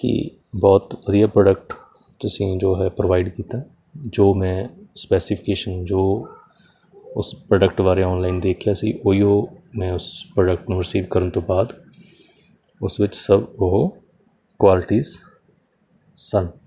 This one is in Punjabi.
ਕੀ ਬਹੁਤ ਵਧੀਆ ਪ੍ਰੋਡਕਟ ਤੁਸੀਂ ਜੋ ਹੈ ਪ੍ਰੋਵਾਈਡ ਕੀਤਾ ਜੋ ਮੈਂ ਸਪੈਸੀਫਿਕੇਸ਼ਨ ਜੋ ਉਸ ਪ੍ਰੋਡਕਟ ਬਾਰੇ ਆਨਲਾਈਨ ਦੇਖਿਆ ਸੀ ਉਹੀ ਓ ਮੈਂ ਉਸ ਪ੍ਰੋਡਕਟ ਨੂੰ ਰਿਸੀਵ ਕਰਨ ਤੋਂ ਬਾਅਦ ਉਸ ਵਿੱਚ ਸਭ ਉਹ ਕੁਆਲਿਟੀਸ ਸਨ